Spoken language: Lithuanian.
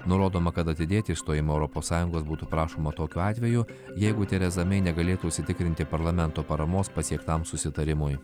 nurodoma kad atidėti išstojimo europos sąjungos būtų prašoma tokiu atveju jeigu tereza mei negalėtų užsitikrinti parlamento paramos pasiektam susitarimui